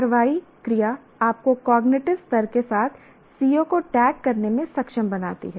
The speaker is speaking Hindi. कार्रवाई क्रिया आपको कॉग्निटिव स्तर के साथ CO को टैग करने में सक्षम बनाती है